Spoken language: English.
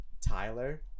Tyler